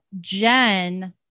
Jen